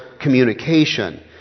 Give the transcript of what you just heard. communication